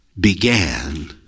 began